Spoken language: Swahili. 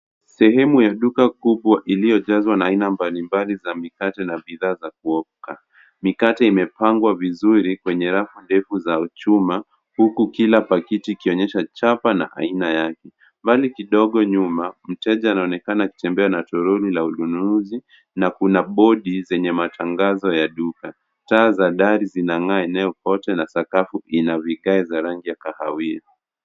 Sehemu ya duka kubwa ilio jazwa na aina mbalimbali za mikate na bidhaa za kuoka. Mikate imepangwa vizuri kwenye rafu ndefu za chuma huku kila pakiti ikionyesha chapa na aina yake. Mbali kidogo nyuma, mteja anaonekana akitembea na toroli la ununuzi na kuna bodi zenye matangazo ya duka. Taa za, dari zinang'aa eneo pote na sakafu ina vigae za rangi ya kahawia.